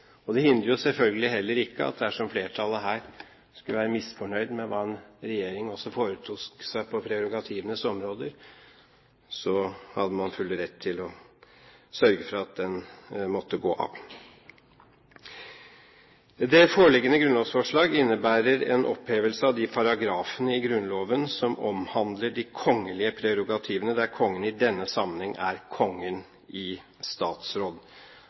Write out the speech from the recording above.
Det hindrer selvfølgelig heller ikke at et flertall, dersom det er misfornøyd med hva en regjering foretar seg på prerogativenes områder, har full rett til å sørge for at den må gå av. Det foreliggende grunnlovsforslag innebærer en opphevelse av de paragrafene i Grunnloven som omhandler de kongelige prerogativene, der Kongen i denne sammenheng er Kongen i statsråd.